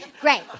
Great